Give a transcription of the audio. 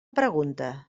pregunta